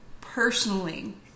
personally